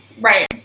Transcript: Right